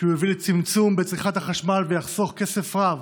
כי הוא יביא לצמצום בצריכת החשמל ויחסוך כסף רב